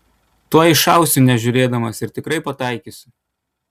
tuoj šausiu nežiūrėdamas ir tikrai pataikysiu